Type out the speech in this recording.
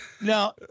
Now